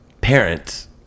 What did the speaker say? parents